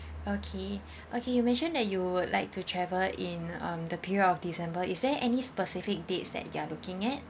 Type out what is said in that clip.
okay okay you mentioned that you would like to travel in um the period of december is there any specific dates that you are looking at